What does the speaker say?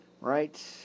right